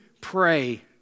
pray